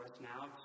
now